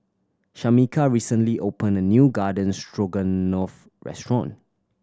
Shamika recently opened a new Garden Stroganoff restaurant